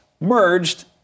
merged